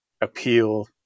appeal